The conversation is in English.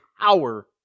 power